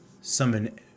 summon